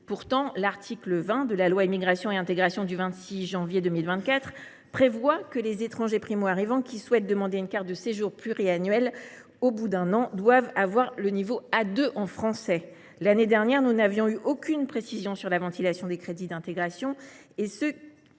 Pourtant, l’article 20 de la loi du 26 janvier 2024 dispose que les étrangers primo arrivants qui souhaitent demander une carte de séjour pluriannuelle au bout d’un an devront avoir acquis un niveau A2 de français. L’année dernière, nous n’avions eu aucune précision sur la ventilation des crédits d’intégration,